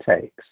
takes